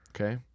Okay